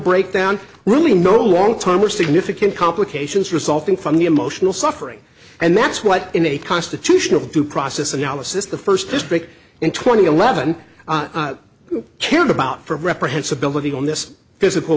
breakdown really no long term or significant complications resulting from the emotional suffering and that's what in a constitutional due process analysis the first district in twenty eleven cared about for perhaps ability on this physical